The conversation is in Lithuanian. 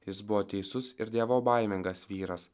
jis buvo teisus ir dievobaimingas vyras